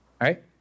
Right